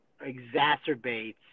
exacerbates